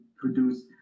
produce